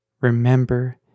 Remember